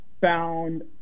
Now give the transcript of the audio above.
found